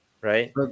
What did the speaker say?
right